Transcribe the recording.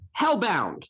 hellbound